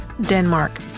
Denmark